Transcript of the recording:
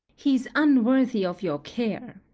he is unworthy of your care.